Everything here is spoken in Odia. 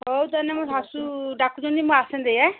ଏଇତ ଏଇନେ ମୋ ଶାଶୁ ଡାକୁଛନ୍ତି ମୁଁ ଆସେ ଟିକେ